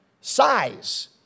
size